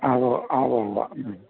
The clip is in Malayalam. ആ ഉവ്വ് ആ ഊവ്വുവ്വ് ഉം